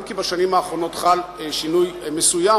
אם כי בשנים האחרונות חל שינוי מסוים,